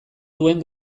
duen